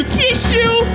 tissue